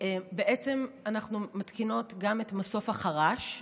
אנחנו מתקינות גם את מסוף החרש,